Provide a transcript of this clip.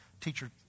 teacher